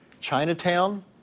Chinatown